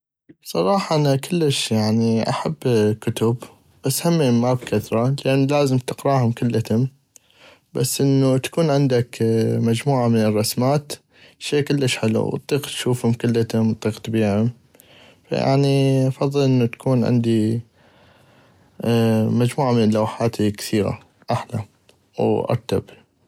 بصراحة انا كلش يعني احب كتب بس همين ما بكثرة لان لازم تقراهم كلتم بس انو تكون عندك مجموعة من الرسمات شي كلش حلو واطيق تشوفم كلتم اطيق تبيعم فيعني افظل انو تكون عندي مجموعة من اللوحات الكثيغة احلى وارتب.